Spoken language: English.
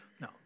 No